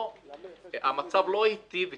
המצב לא היטיב איתם,